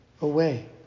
away